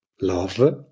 love